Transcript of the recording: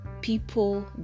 people